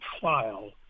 file